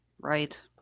Right